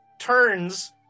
turns